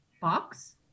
Box